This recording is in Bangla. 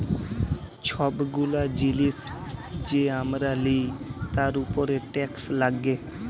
ছব গুলা জিলিস যে আমরা লিই তার উপরে টেকস লাগ্যে